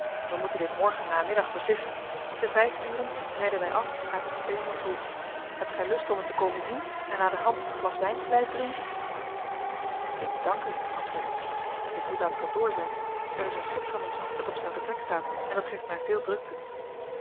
wij moeten dit morgennamiddag beslissen te vijf uren rijden wij af aan de tweehonderd roe hebt gij lust om het te komen zien en naderhand een glas wijn te blijven drinken ik dank u antwoordde ik ik moet aan t kantoor zijn er is een schip van ons dat op zijn vertrek staat en dat geeft mij veel drukten